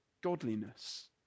godliness